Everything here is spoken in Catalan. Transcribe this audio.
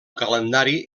calendari